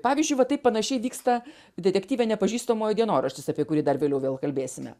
pavyzdžiui va taip panašiai vyksta detektyve nepažįstamojo dienoraštis apie kurį dar vėliau vėl kalbėsime